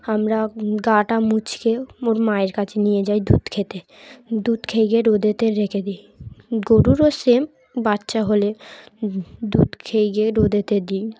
আমরা গাটা মুছিয়ে ওর মায়ের কাছে নিয়ে যাই দুধ খেতে দুধ খেয়ে গিয়ে রোদেতে রেখে দিই গরুরও সেম বাচ্চা হলে দুধ খেয়ে গিয়ে রোদেতে দিই